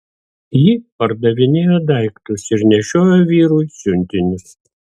ji pardavinėjo daiktus ir nešiojo vyrui siuntinius